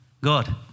God